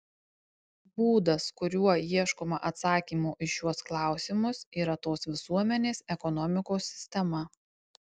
būdas kuriuo ieškoma atsakymo į šiuos klausimus yra tos visuomenės ekonomikos sistema